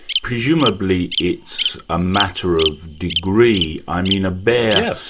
presumably it's a matter of degree. i mean a bear. so